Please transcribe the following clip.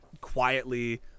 quietly